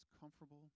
comfortable